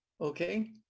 okay